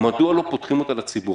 מדוע לא פותחים אותה לציבור,